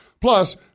Plus